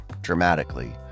dramatically